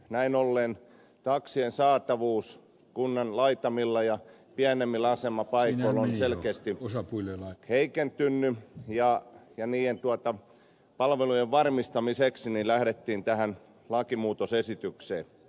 näin ollen taksien saatavuus kunnan laitamilla ja pienemmillä asemapaikoilla on selkeästi heikentynyt ja niiden palvelujen varmistamiseksi lähdettiin tähän lakimuutosesitykseen